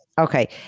Okay